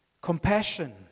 Compassion